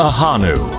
Ahanu